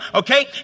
Okay